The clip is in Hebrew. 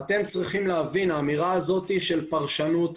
אתם צריכים להבין שהאמירה הזאת של פרשנות,